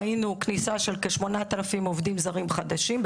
ראינו כניסה של כ-8,000 עובדים זרים חדשים.